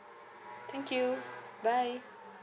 thank you bye